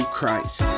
Christ